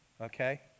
okay